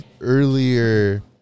earlier